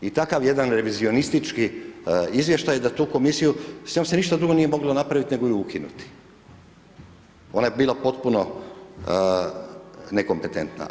I takav jedan revizionistički izvještaj, da tu komisiju s njom se ništa drugo nije moglo napraviti, nego ju ukinuti, ona je bila potpuno nekompetentna.